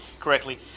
correctly